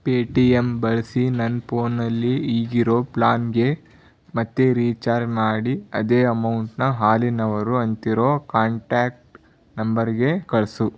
Paytm ಬಳಸಿ ನನ್ನ ಪೋನಲ್ಲಿ ಈಗಿರೋ ಪ್ಲಾನ್ಗೇ ಮತ್ತೆ ರೀಚಾರ್ ಮಾಡಿ ಅದೇ ಅಮೌಂಟನ್ನ ಹಾಲಿನವರು ಅಂತಿರೋ ಕಾಂಟ್ಯಾಕ್ಟ್ ನಂಬರ್ಗೆ ಕಳಿಸು